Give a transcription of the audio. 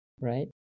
Right